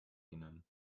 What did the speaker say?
ihnen